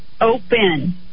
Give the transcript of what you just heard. open